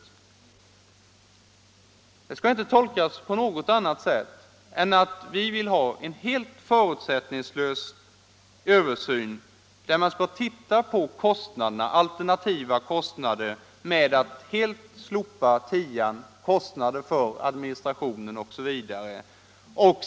Det uttalandet skall inte tolkas på annat sätt än att vi vill ha en helt förutsättningslös översyn, där man skall titta på kostnaderna med att helt slopa tian, kostnaderna för administration osv.